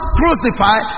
crucify